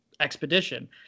expedition